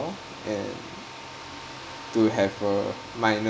and to have a minor